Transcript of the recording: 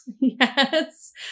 Yes